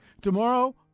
Tomorrow